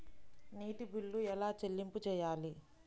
నీటి బిల్లు ఎలా చెల్లింపు చేయాలి?